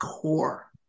core